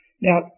Now